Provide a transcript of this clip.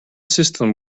system